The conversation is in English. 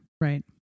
Right